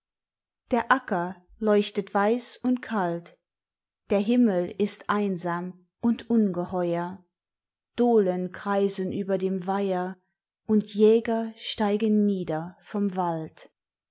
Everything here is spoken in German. der acker leuchtet weiß und kalt der himmel ist einsam und ungeheuer dohlen kreisen über dem weiher und jäger steigen nieder vom wald